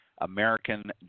American